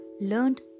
learned